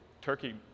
turkey